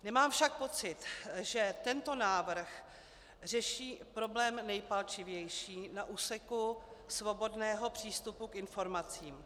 Nemám však pocit, že tento návrh řeší problém nejpalčivější na úseku svobodného přístupu k informacím.